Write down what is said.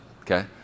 okay